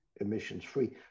emissions-free